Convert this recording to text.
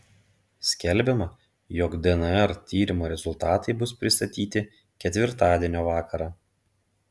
skelbiama jog dnr tyrimo rezultatai bus pristatyti ketvirtadienio vakarą